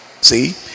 See